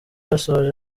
asoje